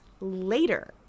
later